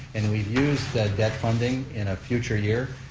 and we've used the debt funding in a future year.